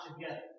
together